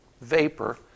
vapor